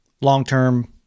long-term